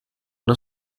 una